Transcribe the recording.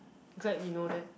glad you know that